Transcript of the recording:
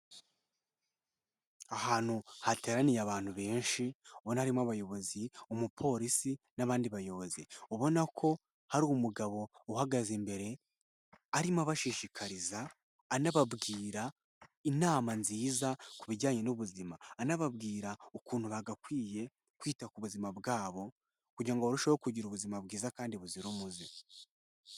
Ahantu hateraniye abantu benshi, ubona harimo abayobozi, umupolisi n'abandi bayobozi, ubona ko hari umugabo uhagaze imbere, arimo abashishikariza anababwira inama nziza ku bijyanye n'ubuzima, anababwira ukuntu bagakwiye kwita ku buzima bwabo kugira ngo barusheho kugira ubuzima bwiza kandi buzira umuze.